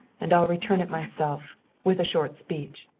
and i'll return it myself with a short speech.